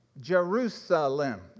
Jerusalem